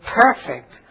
perfect